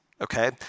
okay